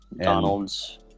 Donald's